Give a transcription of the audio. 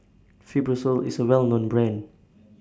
Fibrosol IS A Well known Brand